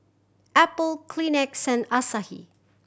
Apple Kleenex Asahi